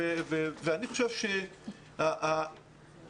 אני חושב שכרגע,